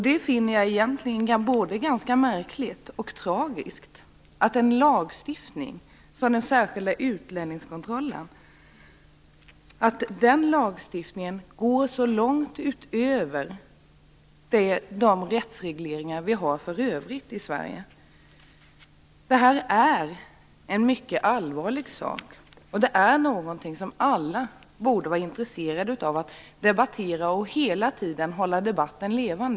Jag finner det både märkligt och tragiskt att en lagstiftning som den särskilda utlänningskontrollen går så långt utöver de rättsregleringar som vi för övrigt har i Sverige. Detta är en mycket allvarlig sak som alla borde vara intresserade av att diskutera för att hela tiden hålla debatten levande.